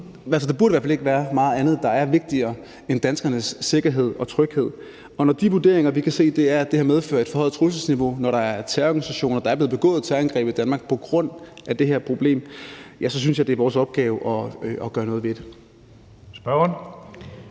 se burde der ikke være meget andet, der er vigtigere end danskernes sikkerhed og tryghed, og når vi kan se på vurderingerne, at det her har medført et forhøjet trusselsniveau fra terrororganisationer, og at der er blevet begået terrorangreb i Danmark på grund af det her problem, så synes jeg, det er vores opgave at gøre noget ved det. Kl.